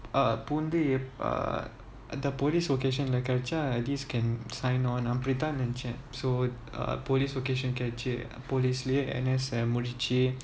err அந்த:antha err the police vocation ல கிடைச்சா:la kidaichaa at least can sign on அப்டி தான் நினச்சேன்:apdi thaan ninachen so err police vocation கிடைச்சு:kidaichu police முடிச்சு:mudichu